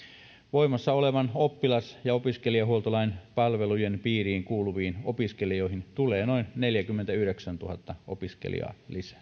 voimassa olevan oppilas ja opiskelijahuoltolain palvelujen piiriin kuuluviin opiskelijoihin tulee noin neljäkymmentäyhdeksäntuhatta opiskelijaa